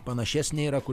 panašesnė yra kur